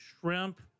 shrimp